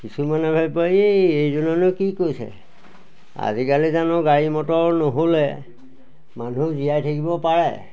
কিছুমানে ভাবিব এইজনেনো কি কৈছে আজিকালি জানো গাড়ী মটৰ নহ'লে মানুহ জীয়াই থাকিব পাৰে